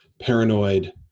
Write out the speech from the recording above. paranoid